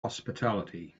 hospitality